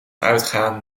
uitgaan